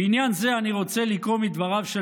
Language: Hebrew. בעניין זה אני רוצה לקרוא מדבריו של